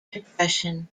depression